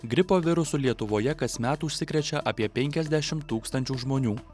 gripo virusu lietuvoje kasmet užsikrečia apie penkiasdešimt tūkstančių žmonių